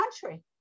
country